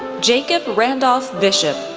jacob randolph bishop,